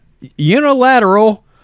Unilateral